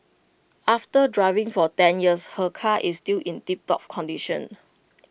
after driving for ten years her car is still in tiptop condition